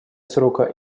срока